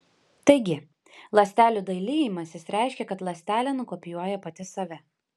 taigi ląstelių dalijimasis reiškia kad ląstelė nukopijuoja pati save